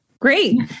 great